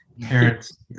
parents